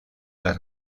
las